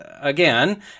again